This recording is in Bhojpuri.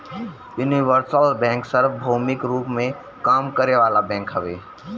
यूनिवर्सल बैंक सार्वभौमिक रूप में काम करे वाला बैंक हवे